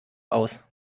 aus